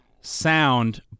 sound